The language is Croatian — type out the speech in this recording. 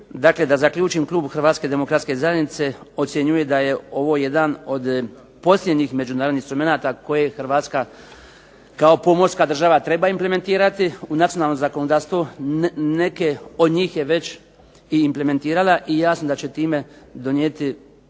Dakle, da zaključim. Klub Hrvatske demokratske zajednice ocjenjuje da je ovo jedan od posljednjih međunarodnih instrumenata koje Hrvatska kao pomorska država treba implementirati u nacionalno zakonodavstvo. Neke od njih je već i implementirala i jasno da će time donijeti,